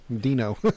dino